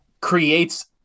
creates